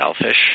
selfish